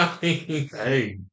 Hey